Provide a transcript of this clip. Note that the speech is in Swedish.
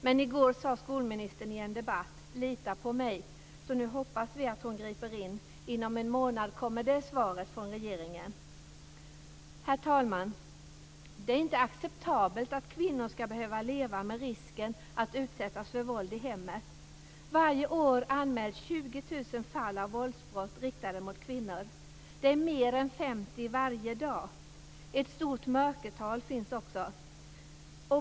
Men i går sade skolministern i en debatt: Lita på mig! Så nu hoppas vi att hon griper in. Inom en månad kommer det svaret från regeringen. Herr talman! Det är inte acceptabelt att kvinnor ska behöva leva med risken att utsättas för våld i hemmet. Varje år anmäls 20 000 fall av våldsbrott riktade mot kvinnor. Det är mer än 50 varje dag. Ett stort mörkertal finns också.